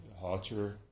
hotter